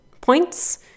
points